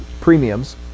premiums